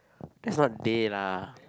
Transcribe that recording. that's not they Dhey